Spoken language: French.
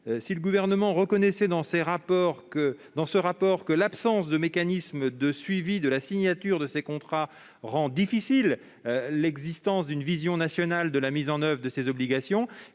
Si le Gouvernement y reconnaissait que « l'absence de mécanisme de suivi de la signature de ces contrats rend difficile l'existence d'une vision nationale de la mise en oeuvre » de ces obligations,